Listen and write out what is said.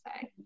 say